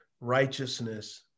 righteousness